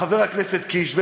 חבר הכנסת קיש,